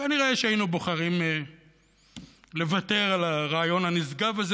כנראה היינו בוחרים לוותר על הרעיון הנשגב הזה,